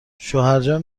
شوهرجان